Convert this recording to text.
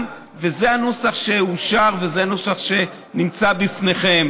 וזה הנוסח שאושר ונמצא בפניכם.